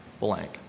blank